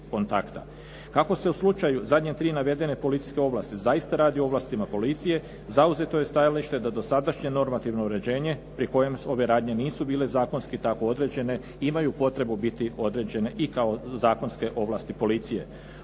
Ako se u slučaju zadnje tri navedene policijske ovlasti zaista radi o ovlastima policije zauzeto je stajalište da dosadašnje normativno uređenje pri kojem ove radnje nisu bile zakonski tako određene imaju potrebu biti određene i kao zakonske ovlasti policije.